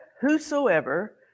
whosoever